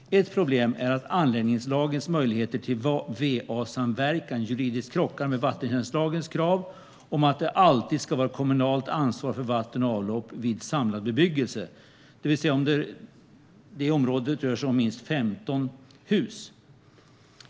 Ett problem är att anläggningslagens möjlighet till va-samverkan juridiskt krockar med vattentjänstlagens krav om att det alltid ska vara kommunalt ansvar för vatten och avlopp vid samlad bebyggelse, det vill säga om det i området rör sig om minst 15 hus.